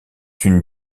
une